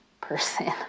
person